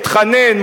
מתחנן,